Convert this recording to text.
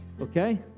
Okay